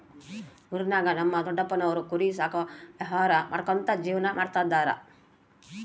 ಊರಿನಾಗ ನಮ್ ದೊಡಪ್ಪನೋರು ಕುರಿ ಸಾಕೋ ವ್ಯವಹಾರ ಮಾಡ್ಕ್ಯಂತ ಜೀವನ ಮಾಡ್ತದರ